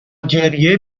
گریه